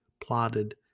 plotted